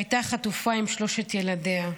שהייתה חטופה עם שלושת ילדיה.